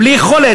בלי יכולת.